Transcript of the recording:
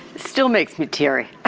still makes me teary. i